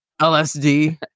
LSD